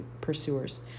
pursuers